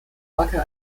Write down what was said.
wacker